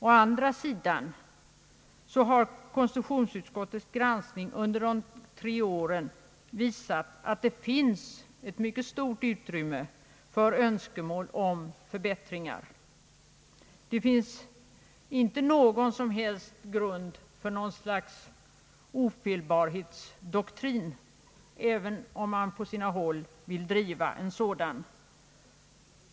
Å andra sidan har konstitutionsutskottets granskning under de tre gångna åren visat att det finns stort utrymme för önskemål om förbättringar. Det finns inte någon som helst grund för något slags ofelbarhetsdoktrin, även om man på sina håll vill driva en sådan.